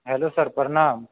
hello sir प्रणाम